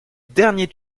dernier